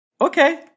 okay